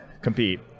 compete